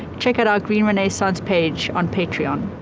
check out our green renaissance page on patreon.